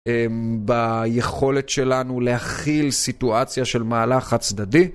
אממ.. ביכולת שלנו להכיל סיטואציה של מהלך חד צדדי.